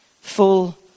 Full